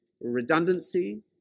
redundancy